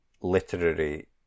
literary